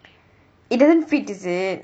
it doesn't fit does it